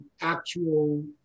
actual